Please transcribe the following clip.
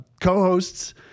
co-hosts